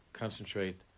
concentrate